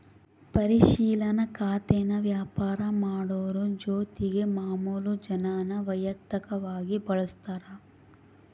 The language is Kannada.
ಪರಿಶಿಲನಾ ಖಾತೇನಾ ವ್ಯಾಪಾರ ಮಾಡೋರು ಜೊತಿಗೆ ಮಾಮುಲು ಜನಾನೂ ವೈಯಕ್ತಕವಾಗಿ ಬಳುಸ್ತಾರ